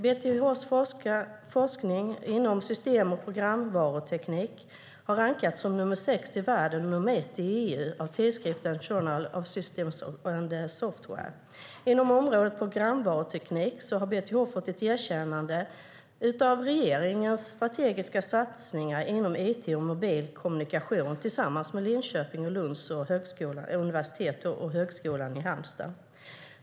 BTH:s forskning inom system och programvaruteknik har rankats som nr 6 i världen och nr 1 i EU av tidskriften Journal of Systems and Software. Inom området programvaruteknik har BTH fått ett erkännande genom en av regeringens strategiska satsningar inom it och mobil kommunikation tillsammans med Linköpings och Lunds universitet och Högskolan i Halmstad.